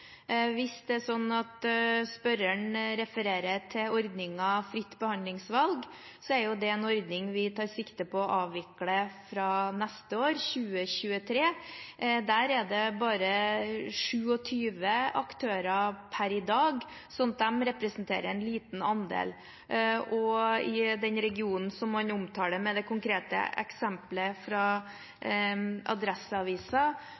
Hvis det er sånn at spørreren refererer til ordningen Fritt behandlingsvalg, så er det en ordning vi tar sikte på å avvikle fra neste år, 2023. Der er det bare 27 aktører per i dag, slik at de representerer en liten andel. I den regionen man omtaler, med det konkrete eksemplet fra